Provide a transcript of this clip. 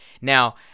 Now